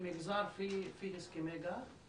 במגזר יש הסכמי גג?